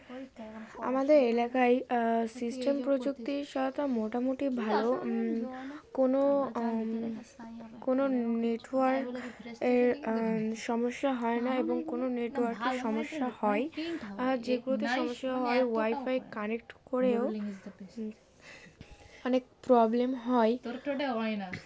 আমাদের এলাকায় সিস্টেম প্রযুক্তি সহায়তা মোটামুটি ভালো কোনো কোনো নেটওয়ার্ক এর সমস্যা হয় না এবং কোনো নেটওয়ার্কের সমস্যা হয় আর যেগুলোতে সমস্যা হয় ওয়াইফাই কানেক্ট করেও অনেক প্রবলেম হয়